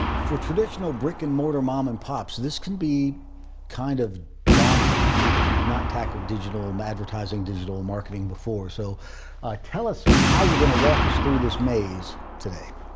for traditional brick and mortar mom and pops, this can be kind of daunting if you've not tackled digital um advertising, digital marketing before. so tell us how you're gonna walk us through this maze today.